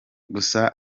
gusa